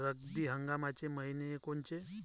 रब्बी हंगामाचे मइने कोनचे?